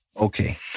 Okay